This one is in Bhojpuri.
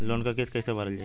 लोन क किस्त कैसे भरल जाए?